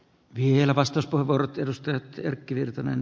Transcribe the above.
vielä paistos pavarotti edustaja on työpaikkoja